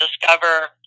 discover